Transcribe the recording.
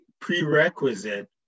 prerequisite